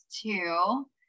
two